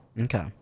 okay